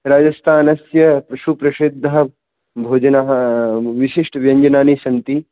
राजस्थानस्य सुप्रसिद्दः भोजनानि विशिष्ट व्यञ्जनानि सन्ति